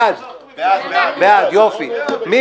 הצבעה בעד הרוויזיה